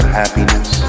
happiness